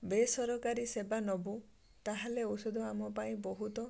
ବେସରକାରୀ ସେବା ନବୁ ତାହେଲେ ଔଷଧ ଆମ ପାଇଁ ବହୁତ